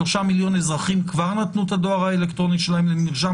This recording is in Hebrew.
שלושה מיליון אזרחי כבר נתנו את הדואר שלהם למרשם